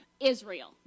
Israel